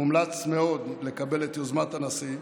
מומלץ מאוד לקבל את יוזמת הנשיא,